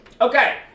Okay